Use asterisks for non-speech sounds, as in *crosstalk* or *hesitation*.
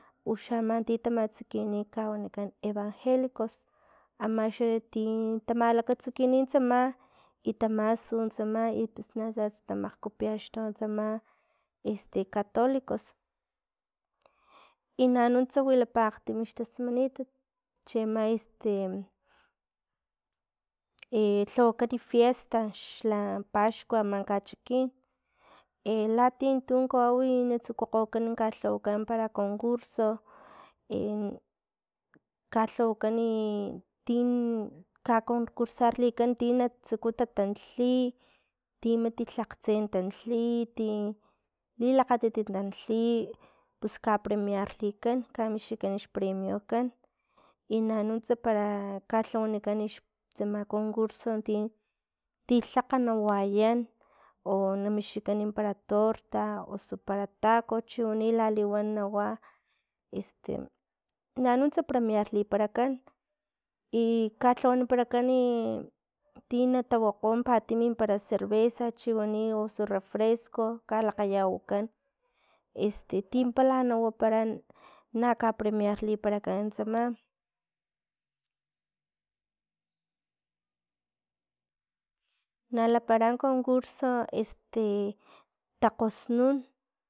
Uxa ama tin tamatsukini wanikan evangelicos ama xanti tamalakatsukini, tsama i tamasu nuntsama i pus natsatsa tamakgkopiaxtu tsama este cotolicos, i nanuntsa wilapa akgtim xtasmanitat, chiama este *hesitation* lhawakan fiesta xla paxkua ama kachikin, *hesitation* latia tun kawau na tsukukgo kalhawakan para concurso, *hesitation* kalhawakani tin ka concursarlikan tin na tsuku tatantli ti mat tlakg tse tantli ti lilakgatit tantli, pus kapremiarlikan kamixkikan xpremiokan, i nanuntsa para kalhawanikan xtsama concurso tin tlakga na wayan o na mixkikan para torta osu para taco, chiwani laliwan nawa, este manuntsa premiarlikan, *noise* i ka lhawaparanikan ti na tawokgo patimi para cervesa chiwani osu refresco, kalakgayawakan, este tin pala nawapara na kapremiarliparakan tsama, *noise* nalapara concurso este takgosnun.